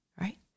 Right